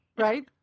right